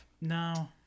No